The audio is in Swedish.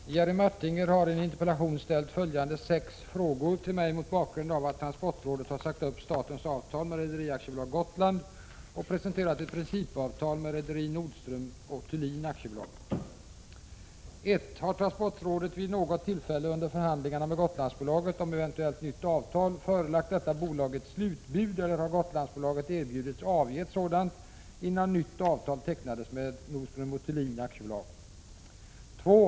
Herr talman! Jerry Martinger har i en interpellation ställt följande sex frågor till mig mot bakgrund av att transportrådet har sagt upp statens avtal med Rederi AB Gotland och presenterat ett principavtal med rederiet Nordström & Thulin AB: 1. Har transportrådet vid något tillfälle under förhandlingarna med Gotlandsbolaget om ett eventuellt nytt avtal förelagt detta bolag ett slutbud eller har Gotlandsbolaget erbjudits avge ett sådant, innan nytt avtal tecknades med Nordström & Thulin AB? 2.